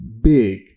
big